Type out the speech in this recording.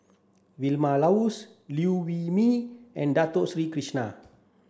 Vilma Laus Liew Wee Mee and Dato Sri Krishna